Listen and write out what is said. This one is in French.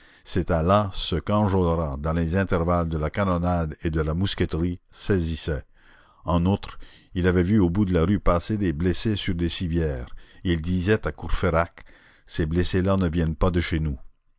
c'était là ce qu'enjolras dans les intervalles de la canonnade et de la mousqueterie saisissait en outre il avait vu au bout de la rue passer des blessés sur des civières et il disait à courfeyrac ces blessés là ne viennent pas de chez nous